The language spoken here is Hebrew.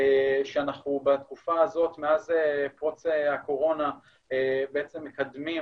שאנחנו בתקופה הזאת מאז פרוץ הקורונה מקדמים